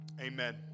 Amen